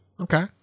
Okay